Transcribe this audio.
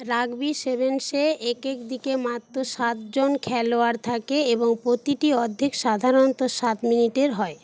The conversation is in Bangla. রাগবি সেভেন্সে একেক দিকে মাত্র সাতজন খেলোয়াড় থাকে এবং প্রতিটি অর্ধেক সাধারণত সাত মিনিটের হয়